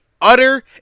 utter